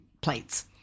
plates